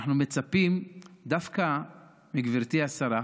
אנחנו מצפים דווקא מגברתי השרה,